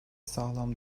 sağlam